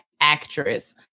actress